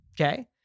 okay